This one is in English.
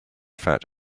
fat